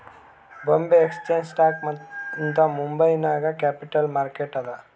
ಬೊಂಬೆ exchange stock ಅಂತ್ ಮುಂಬೈ ನಾಗ್ capital market ಅದಾ